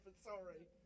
sorry